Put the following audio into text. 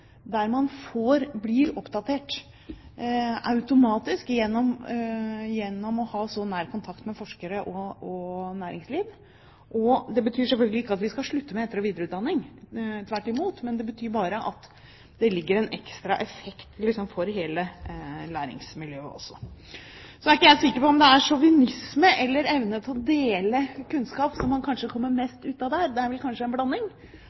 der man automatisk blir oppdatert gjennom å ha nær kontakt med forskere og næringsliv. Det betyr selvfølgelig ikke at vi skal slutte med etter- og videreutdanning, tvert imot. Det betyr bare at det blir en ekstra effekt for hele læringsmiljøet. Så er jeg ikke sikker på om det er sjåvinisme eller evne til å dele kunnskap som man kanskje kommer best ut av det med – det er vel kanskje en